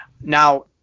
Now